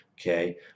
Okay